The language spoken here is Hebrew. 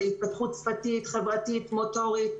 להתפתחות שפתית-מוטורית חברתית,